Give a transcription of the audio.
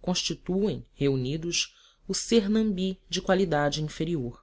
constituem reunidos o sernambi de qualidade inferior